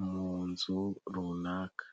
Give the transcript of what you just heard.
mu nzu runaka.